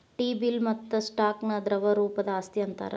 T bill ಮತ್ತ stock ನ ದ್ರವ ರೂಪದ್ ಆಸ್ತಿ ಅಂತಾರ್